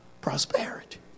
Prosperity